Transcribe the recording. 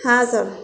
હા સર